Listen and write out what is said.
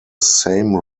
same